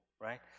right